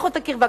שיחות הקרבה,